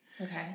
okay